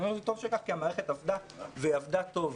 אני אומר "טוב שכך", כי המערכת עבדה, ועבדה טוב.